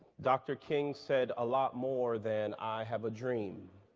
dr. king said a lot more than i have a dream.